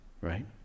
right